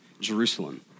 Jerusalem